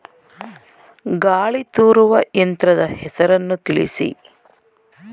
ಗಾಳಿ ತೂರುವ ಯಂತ್ರದ ಹೆಸರನ್ನು ತಿಳಿಸಿ?